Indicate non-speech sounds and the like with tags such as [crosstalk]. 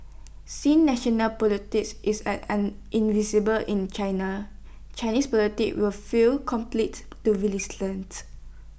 since national [unintelligible] is as irresistible in China Chinese [unintelligible] will feel compelted to retaliate